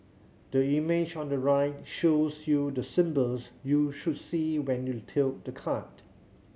the image on the right shows you the symbols you should see when you tilt the card